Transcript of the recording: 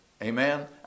Amen